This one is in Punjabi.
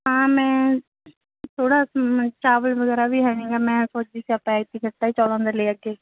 ਹਾਂ ਮੈਂ ਥੋੜ੍ਹਾ ਚਾਵਲ ਵਗੈਰਾ ਵੀ ਹੈ ਨਹੀਂ ਗਾ ਮੈਂ ਸੋਚਦੀ ਸੀ ਆਪਾਂ ਐਤਕੀਂ ਗੱਟਾ ਹੀ ਚੌਲਾਂ ਦਾ ਲੈ ਕੇ